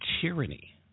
tyranny